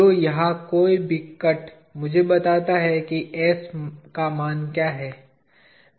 तो यहाँ कोई भी कट मुझे बताता है कि s मान क्या है